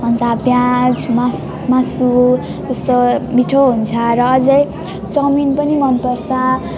अन्त प्याज मास् मासु त्यस्तो मिठो हुन्छ र अझ चाउमिन पनि मन पर्छ